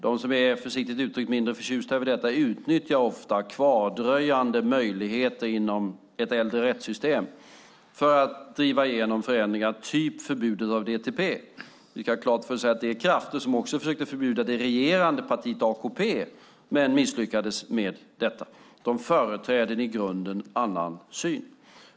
De som, försiktigt uttryckt, är mindre förtjusta över detta utnyttjar ofta kvardröjande möjligheter inom ett äldre rättssystem för att driva igenom förändringar, typ förbudet av DTP. Vi ska ha klart för oss att det är krafter som också försökte förbjuda det regerande partiet, AKP, men misslyckades med detta. De företräder i grunden en annan syn.